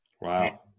Wow